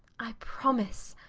i promise.